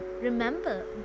remember